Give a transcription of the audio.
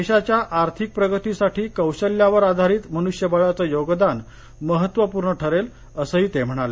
देशाच्या आर्थिक प्रगतीसाठी कौशल्यावर आधारित मनुष्यबळाचं योगदान महत्त्वपूर्ण ठरेल असं ते म्हणाले